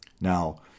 now